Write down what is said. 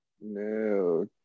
no